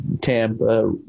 Tampa